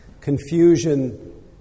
Confusion